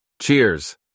Cheers